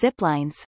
ziplines